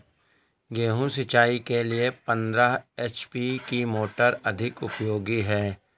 गेहूँ सिंचाई के लिए पंद्रह एच.पी की मोटर अधिक उपयोगी है?